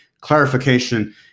clarification